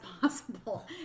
possible